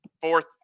fourth